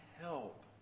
help